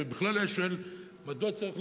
הוא בכלל היה שואל מדוע צריך,